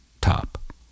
top